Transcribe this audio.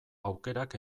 aukerak